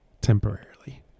Temporarily